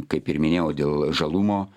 kaip ir minėjau dėl žalumo